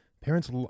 parents